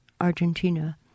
Argentina